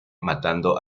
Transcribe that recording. matando